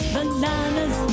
Bananas